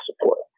support